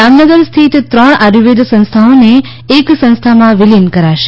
જામનગર સ્થિત ત્રણ આયુર્વેદ સંસ્થાઓને એક સંસ્થામાં વિલિન કરાશે